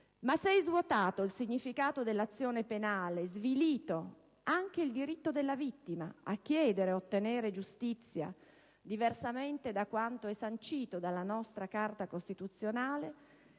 Ma se è svuotato il significato dell'azione penale ed è svilito anche il diritto della vittima a chiedere ed ottenere giustizia, diversamente da quanto è sancito dalla nostra Carta costituzionale,